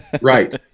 Right